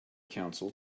council